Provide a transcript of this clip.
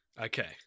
Okay